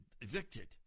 evicted